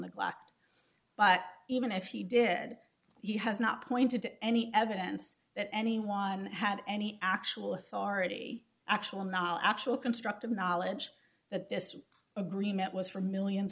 neglect but even if he did he has not pointed to any evidence that anyone had any actual authority actual no actual constructive knowledge that this agreement was for millions